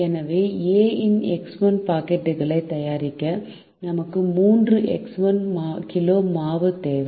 எனவே A இன் X1 பாக்கெட்டுகளை தயாரிக்க நமக்கு 3 X1 கிலோ மாவு தேவை